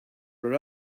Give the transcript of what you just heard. were